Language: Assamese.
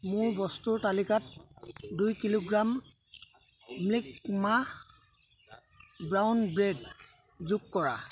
মোৰ বস্তুৰ তালিকাত দুই কিলোগ্ৰাম মিল্ক মা ব্ৰাউন ব্ৰেড যোগ কৰা